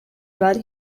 about